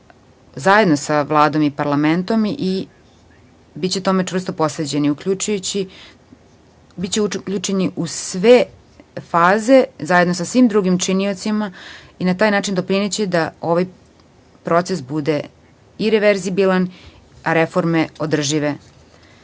zajedno sa Vladom i Parlamentom i biće tome čvrsto posvećeni i biće uključeni u sve faze, zajedno sa svim drugim činiocima i na taj način doprineće da ovaj proces bude ireverzibilan, a reforme održive. Mi